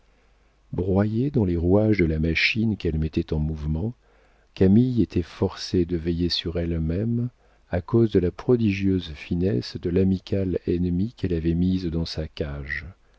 broyée dans les rouages de la machine qu'elle mettait en mouvement camille était forcée de veiller sur elle-même à cause de la prodigieuse finesse de l'amicale ennemie qu'elle avait mise dans sa cage